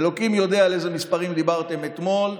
אלוקים יודע על איזה מספרים דיברתם אתמול,